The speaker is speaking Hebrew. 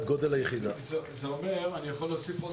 עוד 28 רשויות בחברה הערבית,